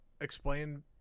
explain